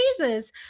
Jesus